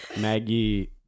Maggie